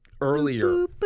earlier